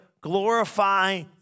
glorify